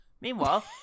Meanwhile